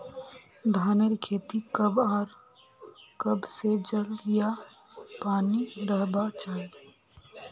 धानेर खेतीत कब आर कब से जल या पानी रहबा चही?